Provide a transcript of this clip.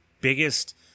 biggest